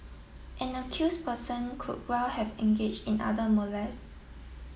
an accused person could well have engaged in other molest